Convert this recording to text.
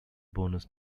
bonus